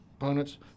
opponents